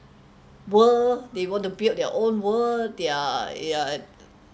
world their yeah